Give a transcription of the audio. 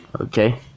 Okay